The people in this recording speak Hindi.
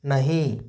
नहीं